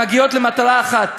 מגיעות למטרה אחת,